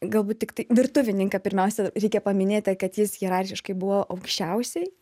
galbūt tiktai virtuvininką pirmiausia reikia paminėti kad jis hierarchiškai buvo aukščiausiai